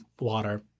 water